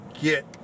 get